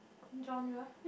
genre